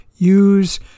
use